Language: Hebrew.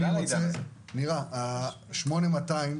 8200,